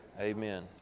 Amen